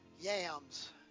yams